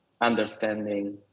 understanding